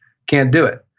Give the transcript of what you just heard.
can't do it